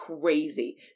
crazy